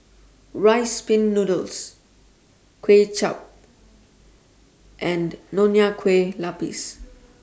Rice Pin Noodles Kway Chap and Nonya Kueh Lapis